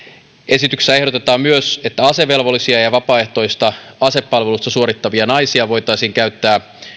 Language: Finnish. esityksessä ehdotetaan myös että asevelvollisia ja vapaaehtoista asepalvelusta suorittavia naisia voitaisiin käyttää